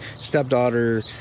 stepdaughter